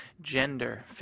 gender